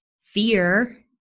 fear